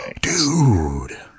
Dude